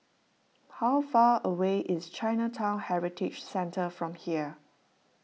how far away is Chinatown Heritage Centre from here